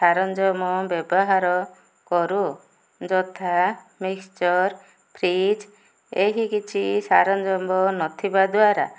ସାରଞ୍ଜମ ବ୍ୟବହାର କରୁ ଯଥା ମିକ୍ସଚର ଫ୍ରିଜ୍ ଏହି କିଛି ସାରଞ୍ଜମ ନଥିବା ଦ୍ୱାରା